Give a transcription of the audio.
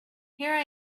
here